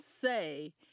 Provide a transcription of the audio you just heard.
say